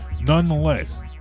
nonetheless